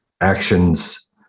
actions